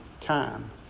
time